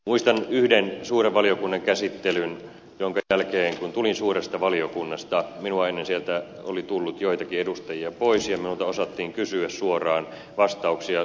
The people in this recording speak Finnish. muistan yhden suuren valiokunnan käsittelyn jonka jälkeen kun tulin suuresta valiokunnasta minua ennen sieltä oli tullut joitakin edustajia pois ja minulta osattiin kysyä suoraan vastauksia suomen neuvottelutavoitteisiin